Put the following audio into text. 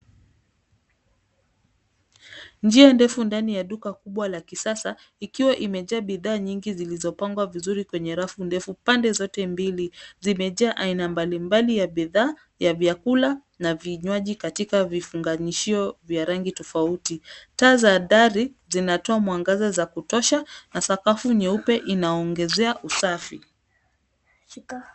Njia ndefu ndani ya duka kubwa la kisasa ikiwa imejaa bidhaa nyingi zilizopangwa vizuri kwenye rafu ndefu pande zote mbili zimejaa aina mbalimbali ya bidhaa ya vyakula na vinywaji katika vifunganishio vya rangi tofauti. Taa za dari zinatoa mwangaza za kutosha na sakafu nyeupe inaongezea usafi.